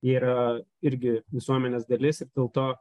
jie yra irgi visuomenės dalis ir dėl to